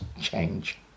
change